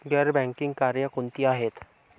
गैर बँकिंग कार्य कोणती आहेत?